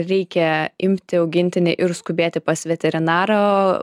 reikia imti augintinį ir skubėti pas veterinarą